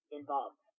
involved